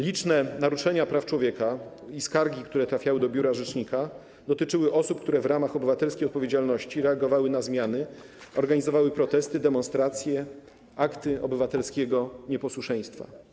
Liczne naruszenia praw człowieka i skargi, które trafiały do biura rzecznika, dotyczyły osób, które w ramach obywatelskiej odpowiedzialności reagowały na zmiany, organizowały protesty, demonstracje, akty obywatelskiego nieposłuszeństwa.